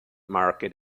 market